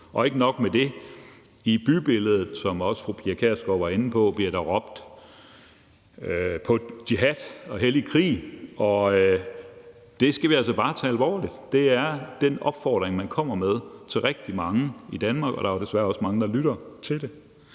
Og ikke nok med det – i bybilledet bliver der, som Pia Kjærsgaard også var inde på, også råbt på jihad og hellig krig, og det skal vi altså bare tage alvorligt. Det er den opfordring, man kommer med til rigtig mange i Danmark, og der er desværre også mange, der lytter til det.